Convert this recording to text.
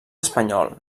espanyol